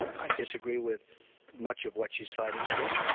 i disagree with much of what she is fighting for,